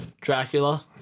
Dracula